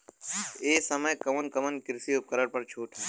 ए समय कवन कवन कृषि उपकरण पर छूट ह?